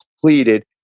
completed